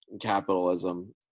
capitalism